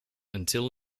until